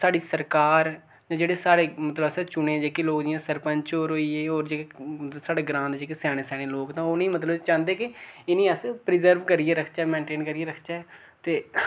ते साढ़ी सरकार ते जेह्ड़े साढ़े मतलब असें चुने जेह्के लोग जियां सरपंच होर होई गे होर साढ़े ग्रांऽ दे जेह्के स्याने स्याने लोक तां ओह् नेईं मतलब चांह्दे के इ'नें अस प्रिजर्व करियै रक्खचै मेनटेन करियै रखचै ते